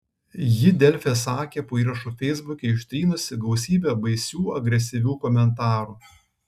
ji delfi sakė po įrašu feisbuke ištrynusi gausybę baisių agresyvių komentarų